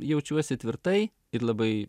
jaučiuosi tvirtai ir labai